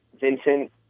Vincent